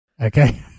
Okay